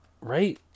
Right